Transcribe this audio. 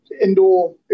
indoor